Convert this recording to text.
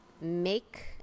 Make